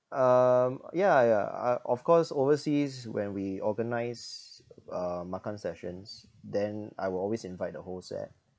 um yeah yeah I of course overseas when we organise uh makan sessions then I will always invite the whole set